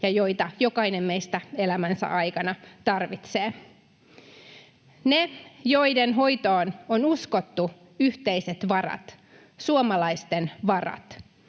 ja joita jokainen meistä elämänsä aikana tarvitsee. Niillä, joiden hoitoon on uskottu yhteiset varat, suomalaisten varat,